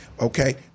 okay